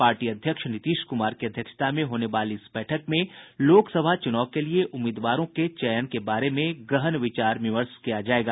party अध्यक्ष नीतीश कुमार की अध्यक्षता में होने वाली इस बैठक में लोकसभा चुनाव के लिए उम्मीदवारों के चयन के बारे में गहन विचार विमर्श किया जायेगा